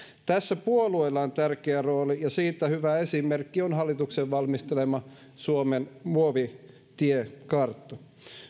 tässä puolueilla on tärkeä rooli ja siitä hyvä esimerkki on hallituksen valmistelema suomen muovitiekartta